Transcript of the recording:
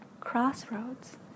crossroads